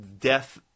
death